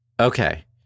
Okay